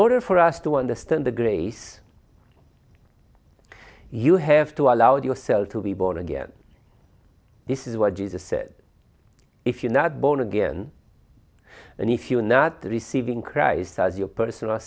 order for us to understand the grace you have to allow yourself to be born again this is what jesus said if you are not born again and if you are not receiving christ as your personal